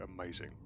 amazing